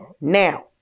Now